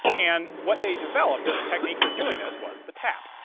and what they developed as a technique for doing this was the tap.